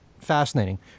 fascinating